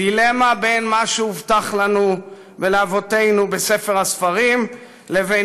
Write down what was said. דילמה בין מה שהובטח לנו ולאבותינו בספר הספרים לבין